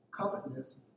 covetousness